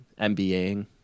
MBAing